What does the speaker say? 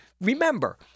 Remember